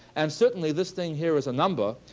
and certainly, this thing here is a number.